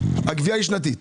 הגבייה שנתית.